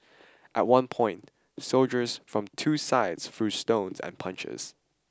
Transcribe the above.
at one point soldiers from two sides threw stones and punches